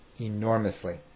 enormously